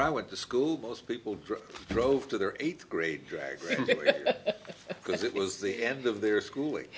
i went to school most people drove to their eighth grade drag because it was the end of their schooling